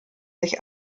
sich